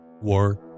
War